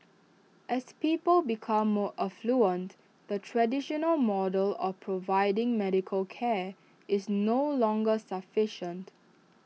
as people become more affluent the traditional model of providing medical care is no longer sufficient